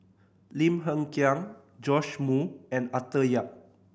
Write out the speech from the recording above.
Lim Hng Kiang Joash Moo and Arthur Yap